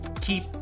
keep